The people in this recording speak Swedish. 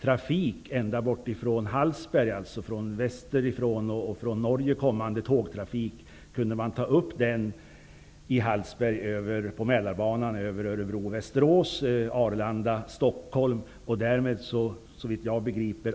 Trafik väster ifrån och från Norge skulle kunna tas över på Mälarbanan i Arlanda--Stockholm. Därmed skulle vi också, såvitt jag begriper,